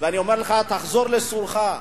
אני אומר לך: תחזור לסורך.